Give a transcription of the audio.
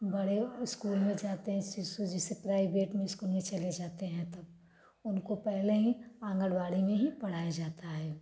बड़े स्कूल में जाते हैं शिशु जैसे प्राइवेट में स्कूल में चले जाते हैं तब उनको पहले ही आँगनवाड़ी में ही पढ़ाया जाता है